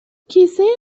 کیسه